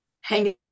Hang